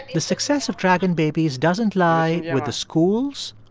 the success of dragon babies doesn't lie with the schools,